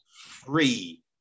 free